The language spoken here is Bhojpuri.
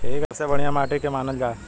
सबसे बढ़िया माटी के के मानल जा?